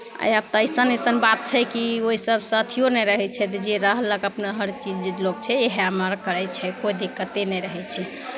आब तऽ अइसन अइसन बात छै कि ओहि सभसँ अथिओ नहि रहै छै तऽ जे रहलक अपना हरचीज लोक छै इएहमे लोक करै छै कोइ दिक्कते नहि रहै छै